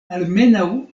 almenaŭ